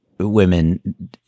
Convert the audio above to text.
women